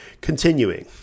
Continuing